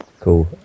Cool